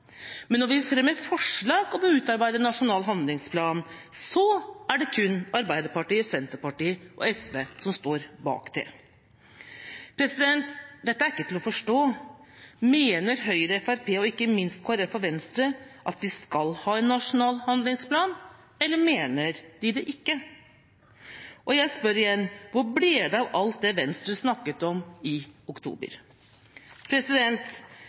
men når vi fremmer forslag om å utarbeide en nasjonal handlingsplan, er det kun Arbeiderpartiet, Senterpartiet og SV som står bak det. Dette er ikke til å forstå. Mener Høyre, Fremskrittspartiet og ikke minst Kristelig Folkeparti og Venstre at vi skal ha en nasjonal handlingsplan, eller mener de det ikke? Og jeg spør igjen: Hvor ble det av alt det Venstre snakket om i oktober?